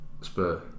Spur